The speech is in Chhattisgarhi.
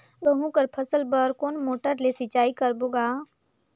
गहूं कर फसल बर कोन मोटर ले सिंचाई करबो गा?